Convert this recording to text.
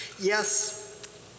Yes